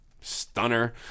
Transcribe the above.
stunner